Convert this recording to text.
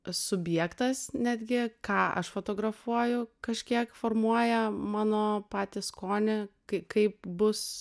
subjektas netgi ką aš fotografuoju kažkiek formuoja mano patį skonį kai kaip bus